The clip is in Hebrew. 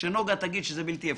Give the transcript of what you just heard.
בלתי אפשרי.